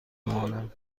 بمانم